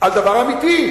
על דבר אמיתי,